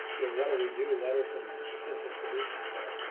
you know what do we do? what are some potential solution there's?